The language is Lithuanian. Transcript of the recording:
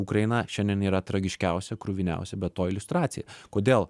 ukraina šiandien yra tragiškiausia kruviniausia ber to iliustracija kodėl